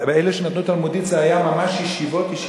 לאלה שנתנו תלמודיסט, זה היה ממש ישיבות-ישיבות.